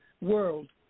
world